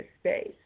space